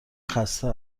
خسته